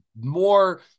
more